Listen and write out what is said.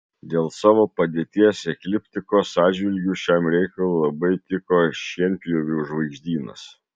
dėl savo padėties ekliptikos atžvilgiu šiam reikalui labai tiko šienpjovių žvaigždynas